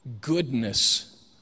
goodness